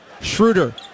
Schroeder